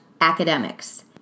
academics